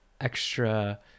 extra